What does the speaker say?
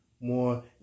more